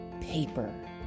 paper